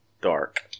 dark